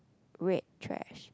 red trash